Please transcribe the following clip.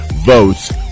votes